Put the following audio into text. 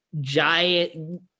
giant